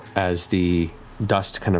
as the dust